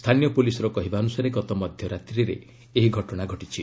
ସ୍ଥାନୀୟ ପୋଲିସର କହିବା ଅନୁସାରେ ଗତ ମଧ୍ୟ ରାତିରେ ଏହି ଘଟଣା ଘଟିଛି